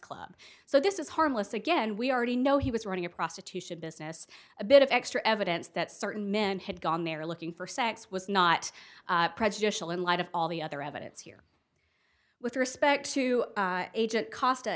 club so this is harmless again we already know he was running a prostitution business a bit of extra evidence that certain men had gone there looking for sex was not prejudicial in light of all the other evidence here with respect to agent cost